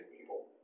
people